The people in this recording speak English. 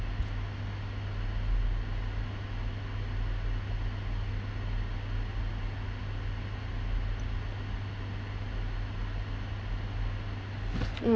mm